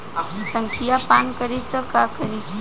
संखिया पान करी त का करी?